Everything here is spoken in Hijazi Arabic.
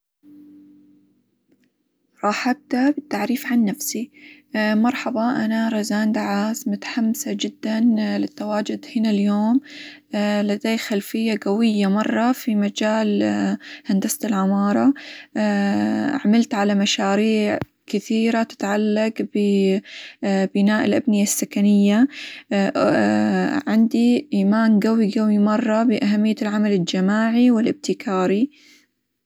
راح أبدأ بالتعريف عن نفسي مرحبا أنا رزان دعاس، متحمسة جدًا للتواجد هنا اليوم ، لدي خلفية قوية مرة في مجال هندسة العمارة عملت على مشاريع كثيرة تتعلق ببناء الأبنية السكنية، عندي إيمان قوي قوي مرة بأهمية العمل الجماعي، والإبتكاري.